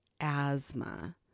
asthma